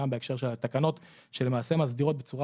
גם בהקשר של התקנות שלמעשה מסדירות בצורה